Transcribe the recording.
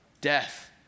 death